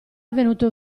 venuto